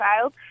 child